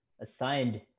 assigned